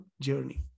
journey